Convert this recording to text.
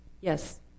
Yes